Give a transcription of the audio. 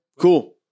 cool